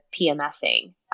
PMSing